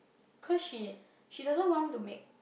cause she she doesn't want to make